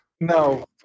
no